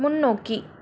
முன்னோக்கி